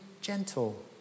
gentle